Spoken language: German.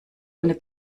ohne